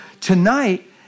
Tonight